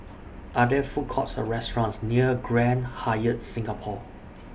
Are There Food Courts Or restaurants near Grand Hyatt Singapore